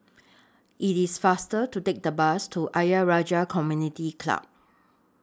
IT IS faster to Take The Bus to Ayer Rajah Community Club